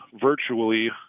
virtually